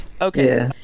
okay